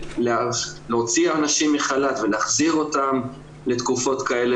להוציא אנשים לחל"ת ולהחזיר אותם לתקופות כאלה